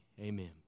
amen